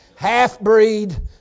Half-breed